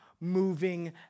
moving